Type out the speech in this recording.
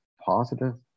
positive